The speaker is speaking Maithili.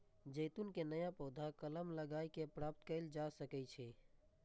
जैतून के नया पौधा कलम लगाए कें प्राप्त कैल जा सकै छै